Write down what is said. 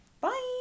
Bye